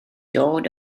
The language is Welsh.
dod